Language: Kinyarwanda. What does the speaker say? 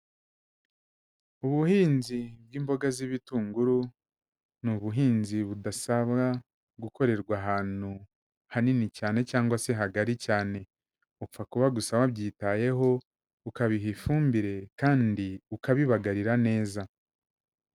Ubuhinzi bw'imboga z'ibitunguru ni ubuhinzi budasabwa gukorerwa ahantu hanini cyane cyangwa se hagari cyane, upfa kuba gusa wabyitayeho, ukabiha ifumbire kandi ukabibagarira neza.